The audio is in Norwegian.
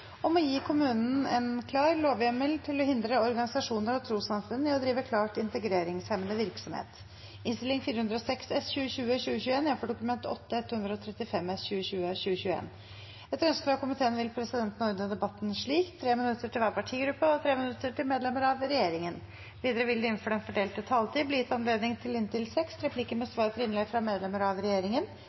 om trusselen som venter, og så bred enighet om ikke å gjøre noe med det. Flere har ikke bedt om ordet til sak nr. 12. Etter ønske fra transport- og kommunikasjonskomiteen vil presidenten ordne debatten slik: 3 minutter til hver partigruppe og 3 minutter til medlemmer av regjeringen. Videre vil det – innenfor den fordelte taletid – bli gitt anledning til inntil seks replikker med svar etter innlegg fra medlemmer av regjeringen,